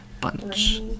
bunch